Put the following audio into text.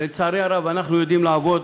ולצערי הרב, אנחנו יודעים לעבוד